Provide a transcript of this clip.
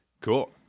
cool